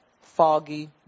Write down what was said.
foggy